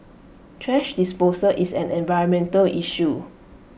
thrash disposal is an environmental issue